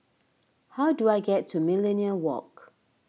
how do I get to Millenia Walk